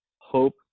hope